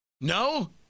No